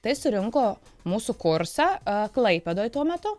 tai surinko mūsų kursą klaipėdoj tuo metu